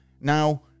Now